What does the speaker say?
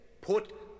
put